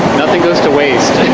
nothing goes to waste.